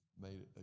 made